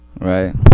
Right